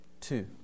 two